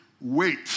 wait